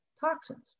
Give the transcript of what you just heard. toxins